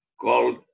called